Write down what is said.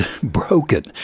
broken